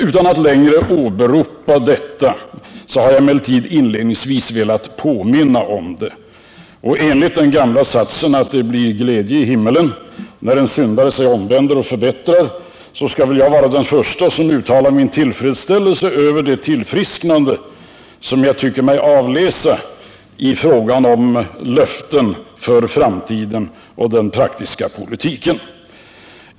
Utan att längre åberopa detta har jag emellertid inledningsvis velat påminna om det. Enligt den gamla satsen att det blir glädje i himmelen när en syndare sig omvänder och förbättrar skall väl jag vara den förste som uttalar tillfredsställelse över det tillfrisknande som jag tycker mig kunna avläsa i fråga om löften för framtiden och den praktiska politiken.